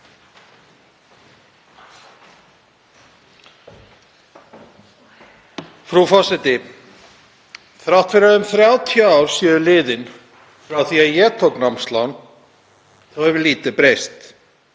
Frú forseti. Þrátt fyrir að um 30 ár séu liðin frá því að ég tók námslán þá hefur lítið breyst.